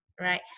right